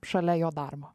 šalia jo darbo